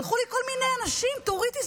שלחו לי כל מיני אנשים: תורידי,